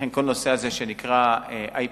לכן כל הנושא הזה, שנקרא IPTV,